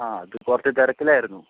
ആ അത് കുറച്ച് തിരക്കിലായിരുന്നു